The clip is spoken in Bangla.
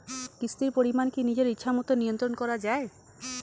কিস্তির পরিমাণ কি নিজের ইচ্ছামত নিয়ন্ত্রণ করা যায়?